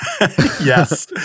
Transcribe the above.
Yes